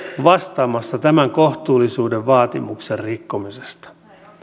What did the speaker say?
vastaamassa tämän kohtuullisuuden vaatimuksen rikkomisesta